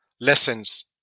lessons